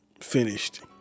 Finished